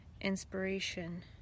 inspiration